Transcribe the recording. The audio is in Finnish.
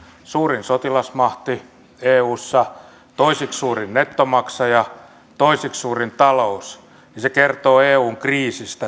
suurin sotilasmahti eussa toiseksi suurin nettomaksaja ja toiseksi suurin talous äänestää tästä asiasta kertoo eun kriisistä